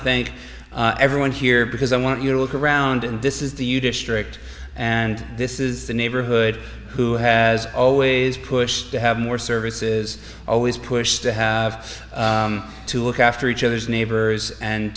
thank everyone here because i want you to look around and this is the you district and this is the neighborhood who has always pushed to have more services always push to have to look after each other's neighbors and